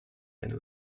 and